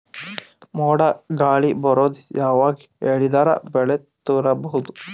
ಮೋಡ ಗಾಳಿ ಬರೋದು ಯಾವಾಗ ಹೇಳಿದರ ಬೆಳೆ ತುರಬಹುದು?